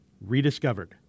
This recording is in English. rediscovered